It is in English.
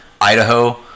Idaho